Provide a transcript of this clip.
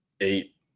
Eight